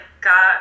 got